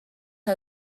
are